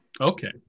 Okay